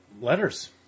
Letters